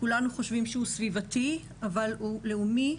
כולנו חושבים שהוא סביבתי, אבל הוא לאומי.